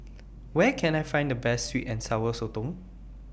Where Can I Find The Best Sweet and Sour Sotong